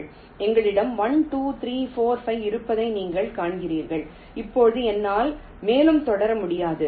என்னிடம் 1 2 3 4 5 இருப்பதை நீங்கள் காண்கிறீர்கள் இப்போது என்னால் மேலும் தொடர முடியாது